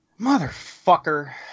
Motherfucker